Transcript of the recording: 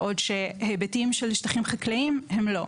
בעוד שהיבטים של שטחים חקלאיים הם לא.